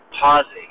pausing